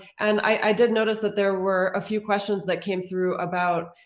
and i did notice that there were a few questions that came through about,